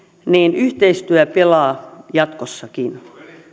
niin yhteistyö pelaa jatkossakin